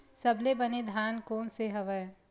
सबले बने धान कोन से हवय?